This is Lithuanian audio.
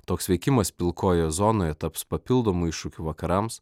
toks veikimas pilkojoje zonoje taps papildomu iššūkiu vakarams